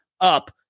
up